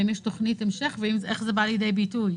האם יש תוכנית המשך ואיך זה בא לידי ביטוי?